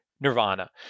nirvana